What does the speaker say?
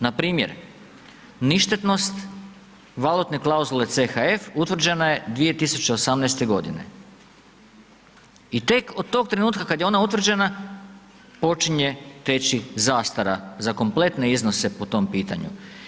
Npr. ništetnosti valutne klauzule CHF utvrđena je 2018. g. i tek od tog trenutka kada je ona utvrđena, počinje teći zastara za kompletne iznose po tom pitanju.